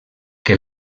que